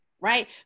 right